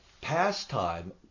pastime